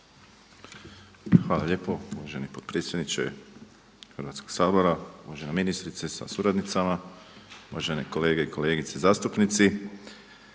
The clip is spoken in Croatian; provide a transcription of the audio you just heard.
Hvala lijepo uvaženi potpredsjedniče Hrvatskog sabora, uvažena ministrice sa suradnicama, uvažene kolege i kolegice zastupnici